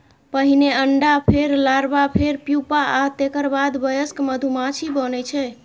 पहिने अंडा, फेर लार्वा, फेर प्यूपा आ तेकर बाद वयस्क मधुमाछी बनै छै